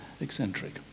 eccentric